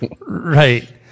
Right